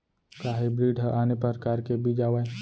का हाइब्रिड हा आने परकार के बीज आवय?